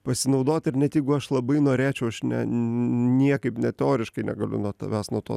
pasinaudot ir net jeigu aš labai norėčiau aš ne niekaip net teoriškai negaliu nuo tavęs nuo to